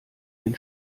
den